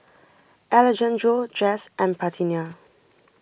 Alejandro Jess and Parthenia